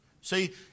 See